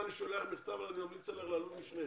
הישיבה ננעלה בשעה